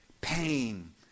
pain